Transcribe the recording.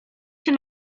się